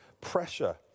pressure